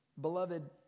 beloved